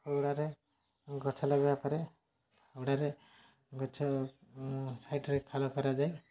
ହଉଡ଼ାରେ ଗଛ ଲଗେଇବା ପରେ ହଉଡ଼ାରେ ଗଛ ସାଇଡ଼୍ରେ ଖାଲ କରାଯାଏ